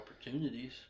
opportunities